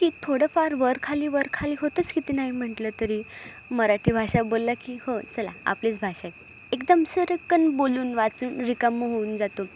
की थोडंफार वर खाली वर खाली होतंच किती नाही म्हटलं तरी मराठी भाषा बोललं की हो चला आपलीच भाषा आहे एकदम सर्रकन बोलून वाचून रिकामं होऊन जातो